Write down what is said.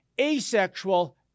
asexual